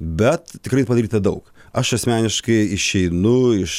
bet tikrai padaryta daug aš asmeniškai išeinu iš